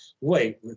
wait